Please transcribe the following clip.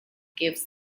gave